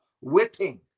whipping